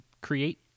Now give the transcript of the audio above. create